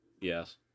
Yes